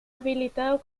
habilitado